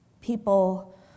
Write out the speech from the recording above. People